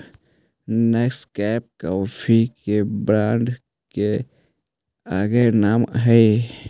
Nescafe coffee के brand के एगो नाम हई